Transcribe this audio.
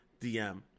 DM